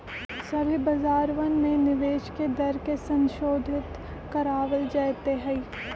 सभी बाजारवन में निवेश के दर के संशोधित करावल जयते हई